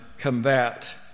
combat